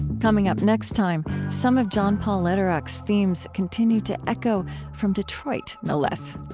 coming up next time, some of john paul lederach's themes continue to echo from detroit no less.